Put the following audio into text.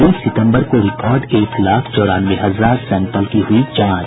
बीस सितम्बर को रिकॉर्ड एक लाख चौरानवे हजार सैम्पल की हुई जांच